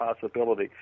possibility